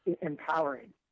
empowering